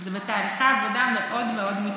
שזה בתהליכי עבודה מאוד מאוד מתקדמים,